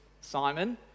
Simon